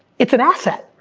it's an asset,